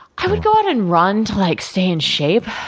i would go out in run to like stay in shape,